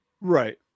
Right